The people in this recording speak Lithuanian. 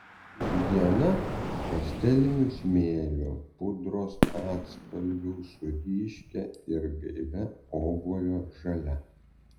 viena pastelinių smėlio pudros atspalvių su ryškia ir gaivia obuolio žalia